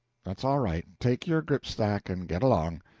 that's all right. take your gripsack and get along.